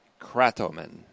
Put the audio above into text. kratomen